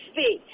speak